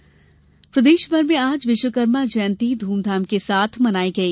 विश्वकर्मा जयंती प्रदेशभर में आज विश्वकर्मा जयंती धूमधाम के साथ मनाई गई